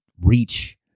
reach